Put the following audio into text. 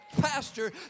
Pastor